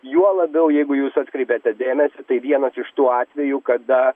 juo labiau jeigu jūs atkreipėte dėmesį tai vienas iš tų atvejų kada